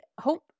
hope